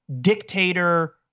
dictator